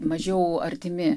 mažiau artimi